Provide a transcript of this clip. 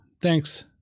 Thanks